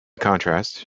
contrast